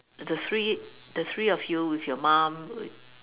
the three the three of you with your mom